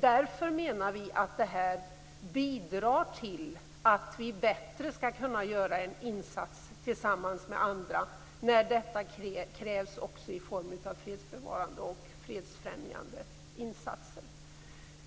Därför menar vi att det här bidrar till att vi bättre skall kunna göra en insats tillsammans med andra när detta krävs i form av fredsbevarande och fredsfrämjande insatser.